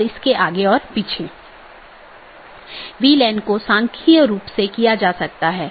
या एक विशेष पथ को अमान्य चिह्नित करके अन्य साथियों को विज्ञापित किया जाता है